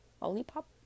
Lollipop